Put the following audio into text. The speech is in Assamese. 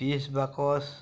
ত্ৰিছ বাকচ